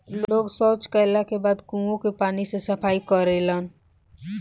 लोग सॉच कैला के बाद कुओं के पानी से सफाई करेलन